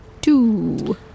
Two